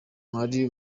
miley